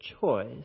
choice